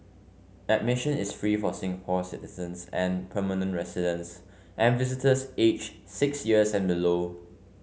admission is free for Singapore citizens and permanent residents and visitors aged six years and below